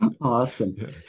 Awesome